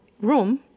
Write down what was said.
room